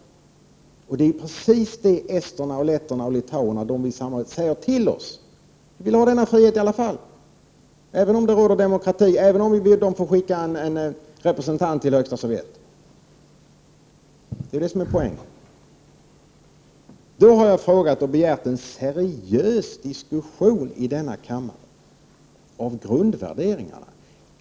Det är precis det som esterna, letterna och litauerna vill säga till oss. De vill ha sin frihet under alla omständigheter — även om det råder demokrati och även om de får skicka en representant till Högsta sovjet. Det är det som är poängen. Jag har begärt en seriös diskussion i denna kammare om grundvärderingarna.